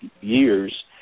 years